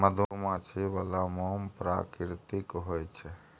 मधुमाछी बला मोम प्राकृतिक होए छै